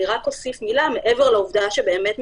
אני רק אוסיף מילה, מעבר לעובדה שמדובר